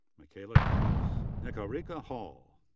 mikayla kass. niharika kaul.